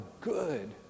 good